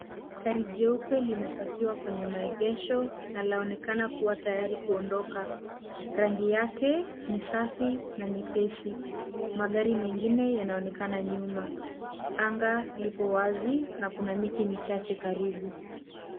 Gari jeupe limepakiwa kwenye maegesho na laonekana kuwa tayari kuondoka. Rangi yake ni safi na nyepesi . Magari mengine yanaonekana nyuma. Anga lipo wazi na kuna miti michache karibu.